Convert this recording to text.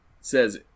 Says